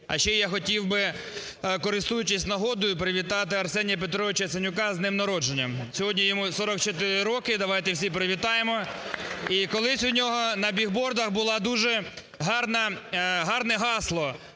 А ще я хотів би, користуючись нагодою, привітати Арсенія Петровича Яценюка з днем народження. Сьогодні йому 44 роки. Давайте всі привітаємо. І колись у нього на бігбордах було дуже гарне гасло: